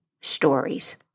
stories